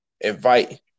invite